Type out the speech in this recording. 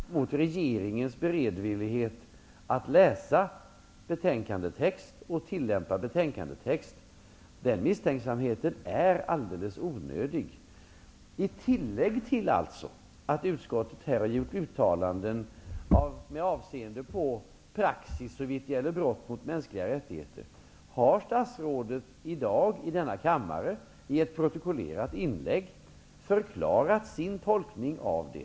Fru talman! Jag borde egentligen bara kunna hänvisa till min replik gentemot Maj Britt Theorins inlägg. Jag vill emellertid än en gång med beklagande markera den allt större splittring som föreligger i ett av de stora partier som står bakom den politik som regeringen har samlats kring. Det är en allvarlig brist i det socialdemokratiska partiets profil i den här frågan. Det ökar ansvaret för dem som förvaltar socialdemokratins politik i detta hänseende. Jag vill faktiskt till Berndt Ekholm uttala att hans misstänksamhet mot regeringens beredvillighet att läsa och tillämpa betänkandetext är alldeles onödig. I tillägg till utskottets uttalanden med avseende på praxis såvitt gäller brott mot mänskliga rättigheter har statsrådet i dag i denna kammare i ett protokollerat inlägg förklarat sin tolkning av det.